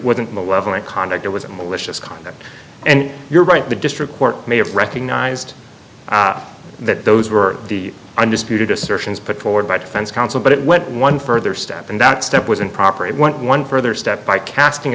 wasn't malevolent conduct it was malicious conduct and you're right the district court may have recognized that those were the undisputed assertions put forward by defense counsel but it went one further step and that step was improper it went one further step by casting